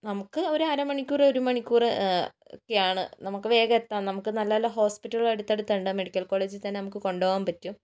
നമുക്ക് ഒരു അര മണിക്കൂർ ഒരു മണിക്കൂർ ഒക്കെയാണ് നമുക്ക് വേഗം എത്താം നമുക്ക് നല്ല നല്ല ഹോസ്പിറ്റലുകൾ അടുത്തടുത്ത് ഉണ്ട് മെഡിക്കൽ കോളേജിൽ തന്നെ നമുക്ക് കൊണ്ട് പോകാൻ പറ്റും